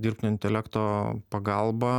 dirbtinio intelekto pagalba